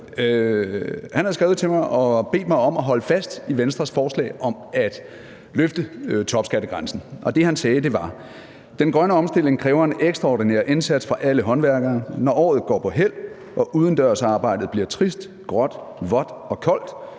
mig og bedt mig om at holde fast i Venstres forslag om at løfte topskattegrænsen. Det, han sagde, var: Den grønne omstilling kræver en ekstraordinær indsats fra alle håndværkere; når året går på hæld og udendørsarbejdet bliver trist, gråt, vådt og koldt,